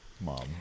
Mom